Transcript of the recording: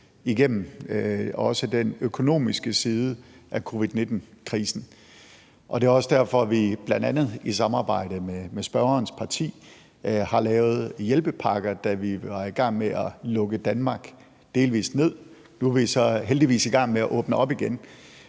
igennem også den økonomiske side af covid-19-krisen, og det er også derfor, vi, bl.a. i samarbejde med spørgerens parti, har lavet hjælpepakker, da vi var i gang med at lukke Danmark delvist ned. Nu er vi så heldigvis i gang med at åbne op igen,